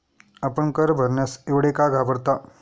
आपण कर भरण्यास एवढे का घाबरता?